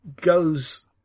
goes